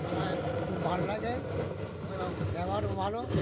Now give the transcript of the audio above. আমার খুব ভালো লাগে ব্যবহার ভালো